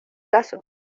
caso